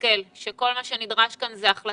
שמתסכל כאשר כל מה שנדרש כאן זאת החלטה